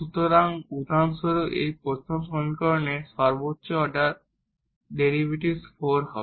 সুতরাং উদাহরণস্বরূপ এই প্রথম সমীকরণে সর্বোচ্চ অর্ডার ডেরিভেটিভ 4 হবে